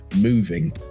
moving